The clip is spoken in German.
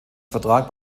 vertrag